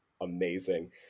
amazing